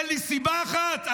תן לי סיבה אחת.